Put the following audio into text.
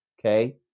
okay